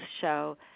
show